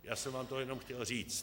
Já jsem vám to jenom chtěl říct.